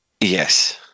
Yes